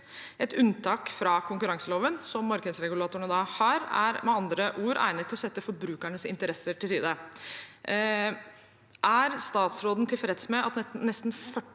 Et unntak fra konkurranseloven, som markedsregulatorene har, er med andre ord egnet til å sette forbrukernes interesser til side. Er statsråden tilfreds med at nesten 40